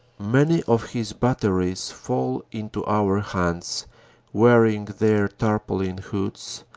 many of his batteries fall into our hands vearing their tarpaulin hoods,